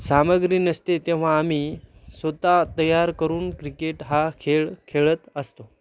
सामग्री नसते तेव्हा आम्ही स्वत तयार करून क्रिकेट हा खेळ खेळत असतो